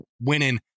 winning